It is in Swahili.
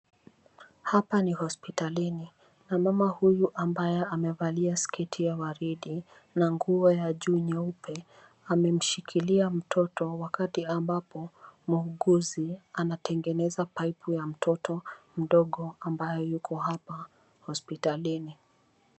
Hapa ni hospitalini na mama huyu amevalia sketi ya waridi na nguo ya juu nyeupe amemshikilia mtoto wakati ambapo muuguzi anatengeneza pipe ya mtoto mdogo ambaye yuko hapa hospitalini.